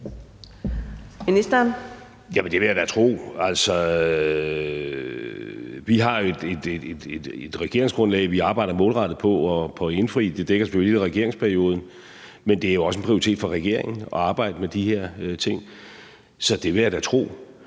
Rasmussen): Det vil jeg da tro. Vi har jo et regeringsgrundlag, vi arbejder målrettet på at indfri. Det dækker selvfølgelig hele regeringsperioden. Men det er også en prioritet for regeringen at arbejde med de her ting. Så det vil jeg da tro.